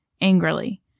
angrily